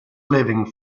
living